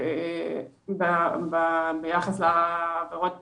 שביחס לעבירות